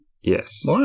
Yes